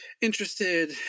interested